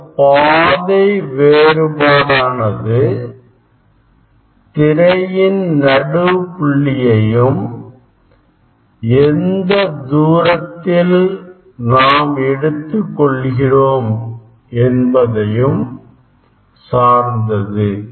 இந்தப் பாதை வேறுபாடானது திரையின் நடு புள்ளியையும் எந்த தூரத்தில் நாம் எடுத்துக் கொள்கிறோம் என்பதையும் சார்ந்தது